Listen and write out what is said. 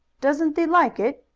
doesn't thee like it?